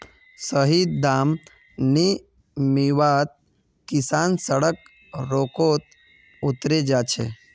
सही दाम नी मीवात किसान सड़क रोकोत उतरे जा छे